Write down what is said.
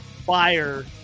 Fire